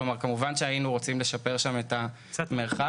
כמובן שהיינו רוצים לשפר שם את המרחב.